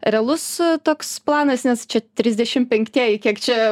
realus toks planas nes čia trisdešim penktieji kiek čia